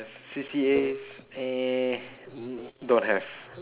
C_C_As eh don't have